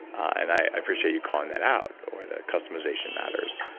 and i appreciate you calling that out or the customization matters.